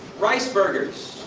rice burgers,